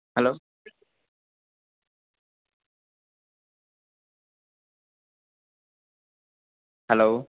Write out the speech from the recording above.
hello hello